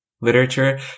Literature